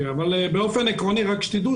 בסדר, אבל באופן עקרוני רק שתדעו